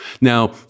now